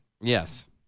Yes